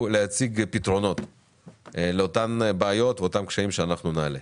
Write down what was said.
להציג פתרונות לאותן בעיות ולאותם קשיים שאנחנו נעלה.